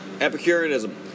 Epicureanism